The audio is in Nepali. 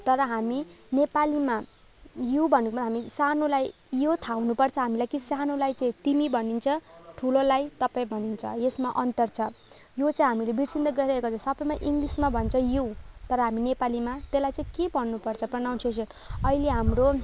तर हामी नेपालीमा यू भनेको हामी सानोलाई यो थाहा हुनुपर्छ हामीलाई कि सानोलाई चाहिँ तिमी भनिन्छ ठुलोलाई तपाईँ भनिन्छ यसमा अन्तर छ यो चाहिँ हामीले बिर्सिँदै गइरहेको छ सबैमा इङ्ग्लिसमा भन्छ यू तर हामी नेपालीमा त्यसलाई चाहिँ के भन्नुपर्छ प्रनाउनसिएसन अहिले हाम्रो